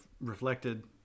reflected